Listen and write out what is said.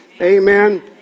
Amen